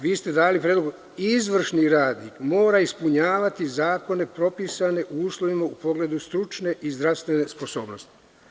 Vi ste dali predlog: „Izvršni radnik mora ispunjavati zakonom propisane uslove u pogledu stručne i zdravstvene sposobnosti“